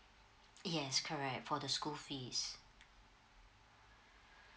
yes correct for the school fees